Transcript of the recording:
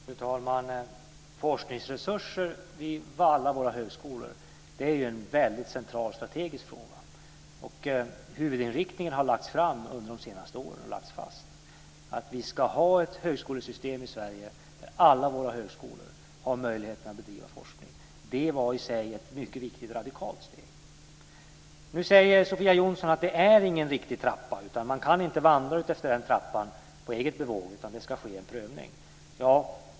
Fru talman! Detta med forskningsresurser vid alla våra högskolor är en väldigt central strategisk fråga. Huvudinriktningen har lagts fast de senaste åren; att vi ska ha ett högskolesystem i Sverige där alla våra högskolor har möjligheten att bedriva forskning. Det var i sig ett mycket viktigt och radikalt steg. Nu säger Sofia Jonsson att det inte är någon riktig trappa. Man kan inte vandra den här trappan på eget bevåg utan det ska ske en prövning.